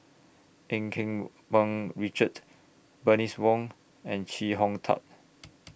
EU Keng Mun Richard Bernice Wong and Chee Hong Tat